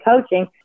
coaching